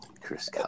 Chris